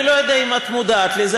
אני לא יודע אם את מודעת לזה,